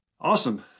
Awesome